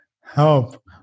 help